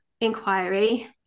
inquiry